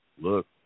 Look